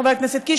חבר הכנסת קיש,